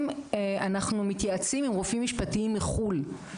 שאנחנו מתייעצים עם רופאים משפטיים מחו"ל.